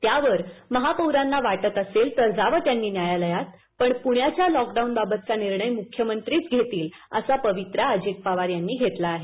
त्यावर महापौरांना वाटत असेल तर जावं त्यांनी न्यायालयातपण पुण्याच्या लॉकडाऊनबाबतचा निर्णय मुख्यमंत्रीच घेतील असा पवित्रा अजित पवार यांनी घेतला आहे